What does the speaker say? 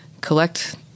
collect